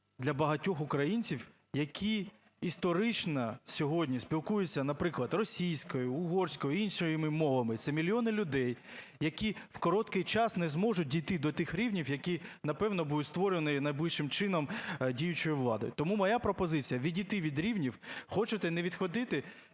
для багатьох українців, які історично сьогодні спілкуються, наприклад, російською, угорською, іншими мовами. Це мільйони людей, які в короткий час не зможуть дійти до тих рівнів, які, напевно, будуть створені найближчим чином діючою владою. Тому моя пропозиція – відійти від рівнів. Хочете не відходити,